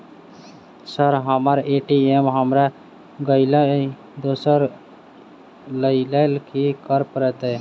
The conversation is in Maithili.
सर हम्मर ए.टी.एम हरा गइलए दोसर लईलैल की करऽ परतै?